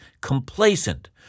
complacent